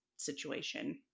situation